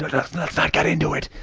let's let's not get into it.